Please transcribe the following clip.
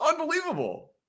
unbelievable